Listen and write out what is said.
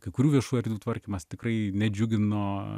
kai kurių viešų erdvių tvarkymas tikrai nedžiugino